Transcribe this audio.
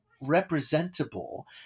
representable